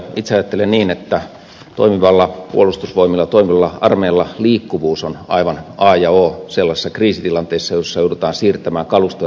itse ajattelen niin että toimivilla puolustusvoimilla toimivalla armeijalla liikkuvuus on aivan a ja o sellaisessa kriisitilanteessa jossa joudutaan siirtämään kalustoa eri puolille